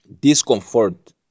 discomfort